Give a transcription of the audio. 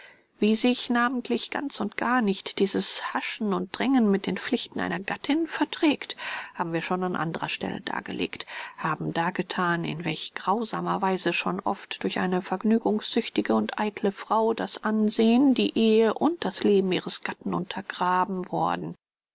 wie sich namentlich ganz und gar nicht dieses haschen und drängen mit den pflichten einer gattin verträgt haben wir schon an anderer stelle dargelegt haben dargethan in welch grausamer weise schon oft durch eine vergnügungssüchtige und eitle frau das ansehen die ehre und das leben ihres gatten untergraben worden